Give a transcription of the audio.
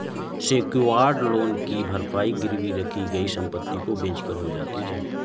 secured loan की भरपाई गिरवी रखी गई संपत्ति को बेचकर हो जाती है